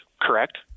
correct